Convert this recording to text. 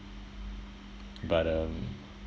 but um